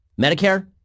Medicare